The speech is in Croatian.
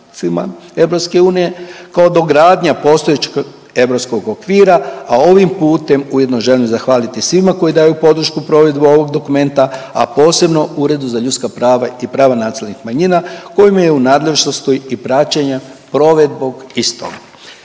drugim člancima EU kao dogradnja postojećeg europskog okvira, a ovim putem ujedno želim zahvaliti svima koji daju podršku provedbu ovog dokumenta, a posebno Uredu za ljudska prava i prava nacionalnih manjina kojim je u nadležnosti i praćenja provedbog istog.